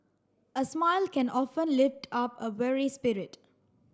a smile can often lift up a weary spirit